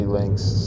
links